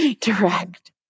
direct